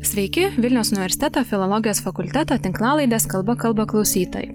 sveiki vilniaus universiteto filologijos fakulteto tinklalaidės kalba kalba klausytojai